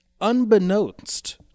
Unbeknownst